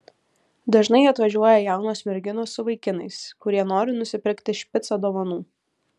dažnai atvažiuoja jaunos merginos su vaikinais kurie nori nusipirkti špicą dovanų